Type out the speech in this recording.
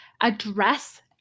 address